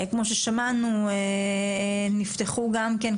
כמו ששמענו נפתחו גם כן,